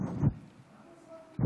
נכבדי היושב-ראש,